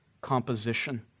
composition